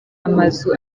amazu